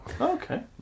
Okay